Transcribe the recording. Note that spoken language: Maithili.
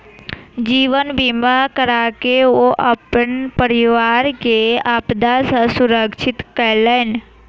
जीवन बीमा कराके ओ अपन परिवार के आपदा सॅ सुरक्षित केलैन